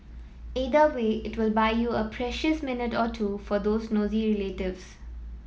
either way it will buy you a precious minute or two for those nosy relatives